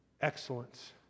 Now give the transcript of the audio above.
excellence